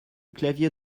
clavier